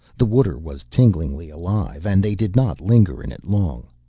the water was tinglingly alive and they did not linger in it long.